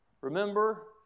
Remember